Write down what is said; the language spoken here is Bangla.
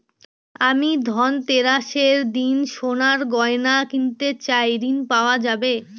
আমি ধনতেরাসের দিন সোনার গয়না কিনতে চাই ঝণ পাওয়া যাবে?